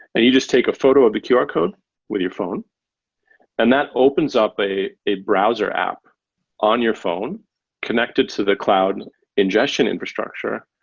and you just take a photo of the qr code with your phone and that opens up a a browser app on your phone connected to the cloud ingestion infrastructure,